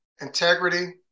integrity